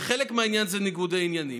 וחלק מהעניין זה ניגוד העניינים.